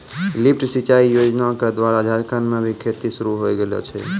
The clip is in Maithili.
लिफ्ट सिंचाई योजना क द्वारा झारखंड म भी खेती शुरू होय गेलो छै